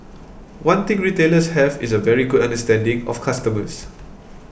one thing retailers have is a very good understanding of customers